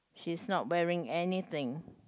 she's not wearing anything